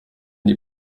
die